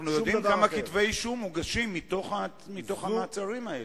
אבל אנחנו יודעים כמה כתבי אישום מוגשים מתוך המעצרים האלה.